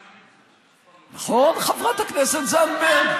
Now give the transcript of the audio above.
נכון, חברת הכנסת זנדברג?